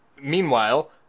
meanwhile